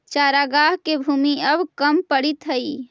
चरागाह के भूमि अब कम पड़ीत हइ